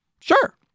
Sure